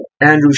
Andrew